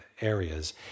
areas